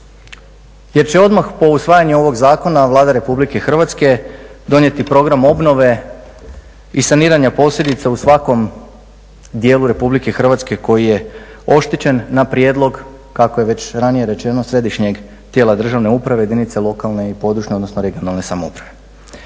Jer će odmah po usvajanju ovog zakona Vlada Republike Hrvatske donijeti Program obnove i saniranja posljedica u svakom dijelu RH koji je oštećen na prijedlog kako je već ranije rečeno Središnjeg tijela državne uprave jedinice lokalne i područne (regionalne) samouprave.